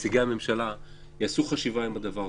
הממשלה יעשו חשיבה עם הדבר,